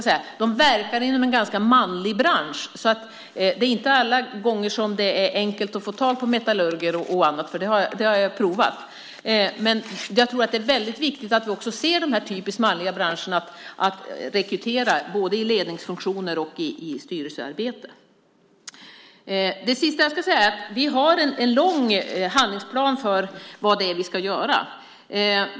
LKAB verkar inom en ganska manlig bransch. Det är inte alla gånger så enkelt att få tag på metallurger och andra; det har jag provat. Men jag tror att det är viktigt att se hur de typiskt manliga branscherna rekryterar både i ledningsfunktioner och i styrelsearbete. Vi har en lång handlingsplan för vad det är vi ska göra.